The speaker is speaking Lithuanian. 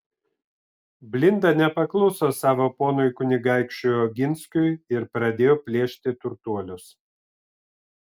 blinda nepakluso savo ponui kunigaikščiui oginskiui ir pradėjo plėšti turtuolius